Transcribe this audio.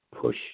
push